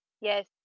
Yes